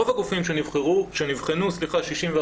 רוב הגופים שנבחנו, 61%,